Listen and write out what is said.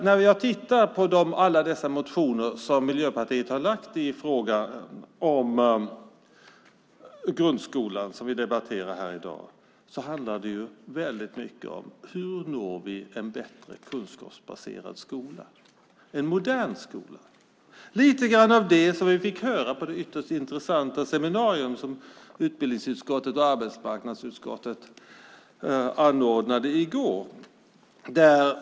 När vi tittar på alla motioner som Miljöpartiet har lagt fram om grundskolan och som vi debatterar här i dag ser vi att det mycket handlar om hur vi får en bättre kunskapsbaserad skola, en modern skola - lite av det vi fick höra på det ytterst intressanta seminarium som utbildningsutskottet och arbetsmarknadsutskottet anordnade i går.